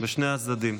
בשני הצדדים,